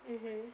mmhmm